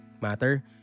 matter